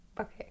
Okay